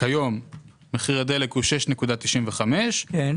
מחיר הדלק הוא 6.94 שקלים,